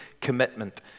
commitment